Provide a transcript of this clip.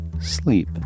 sleep